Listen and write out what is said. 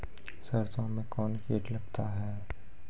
सरसों मे कौन कीट लगता हैं?